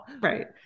Right